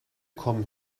kommen